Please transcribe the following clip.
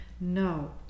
No